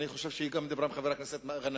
אני חושב שהיא דיברה גם עם חבר הכנסת גנאים,